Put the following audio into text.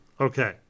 Okay